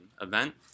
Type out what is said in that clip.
event